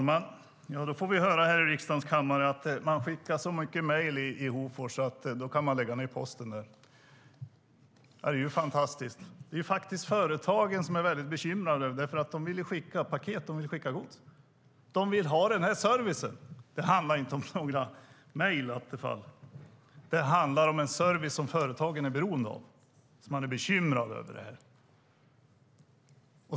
Herr talman! Nu får vi höra här i kammaren att man skickar så mycket mejl i Hofors att man kan lägga ned posten där. Det är fantastiskt. Det är faktiskt företagen som är mycket bekymrade. De vill skicka paket och gods. De vill ha denna service. Det handlar inte om några mejl, Attefall. Det handlar om en service som företagen är beroende av, och de är bekymrade över detta.